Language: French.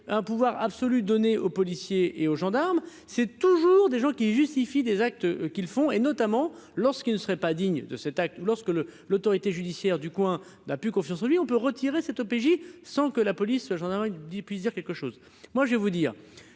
un pouvoir absolu donné aux policiers et aux gendarmes, c'est toujours des gens qui justifie des actes qu'ils font et notamment lorsqu'il ne serait pas digne de cet acte lorsque le l'autorité judiciaire du coin n'a plus confiance en lui, on peut retirer cet OPJ sans que la police, gendarmerie, 10 puisse dire quelque chose, moi je vais vous dire